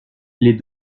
les